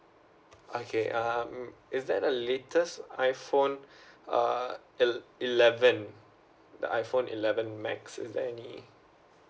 okay um is that the latest iPhone uh ele~ eleven the iPhone eleven max is there any